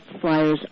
flyers